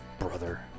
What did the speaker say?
brother